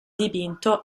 dipinto